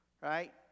right